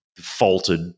faulted